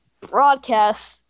broadcast